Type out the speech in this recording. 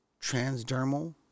transdermal